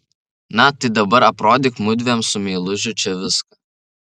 na tai dabar aprodyk mudviem su meilužiu čia viską